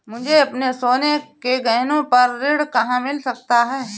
मुझे अपने सोने के गहनों पर ऋण कहाँ मिल सकता है?